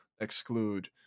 exclude